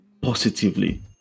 positively